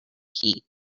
heat